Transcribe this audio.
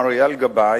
מר אייל גבאי,